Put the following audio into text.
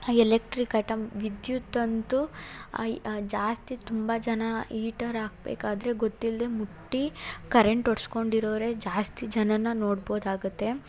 electric item ವಿದ್ಯುತ್ ಅಂತೂ ಆಯ್ ಜಾಸ್ತಿ ತುಂಬ ಜನ ಇಟರ್ ಹಾಕ್ಬೇಕಾದ್ರೆ ಗೊತ್ತಿಲ್ಲದೇ ಮುಟ್ಟಿ ಕರೆಂಟ್ ಒಡ್ಸ್ಕೊಂಡಿರೋರೆ ಜಾಸ್ತಿ ಜನನ ನೋಡ್ಬೋದಾಗುತ್ತೆ